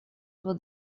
for